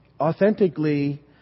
authentically